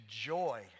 Joy